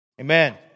amen